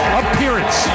appearance